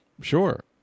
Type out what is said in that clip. Sure